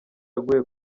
aguye